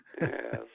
Yes